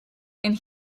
and